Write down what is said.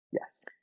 Yes